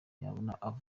yabona